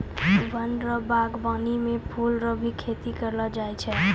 वन रो वागबानी मे फूल रो भी खेती करलो जाय छै